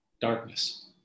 darkness